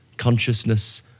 consciousness